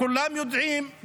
כולם יודעים,